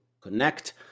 connect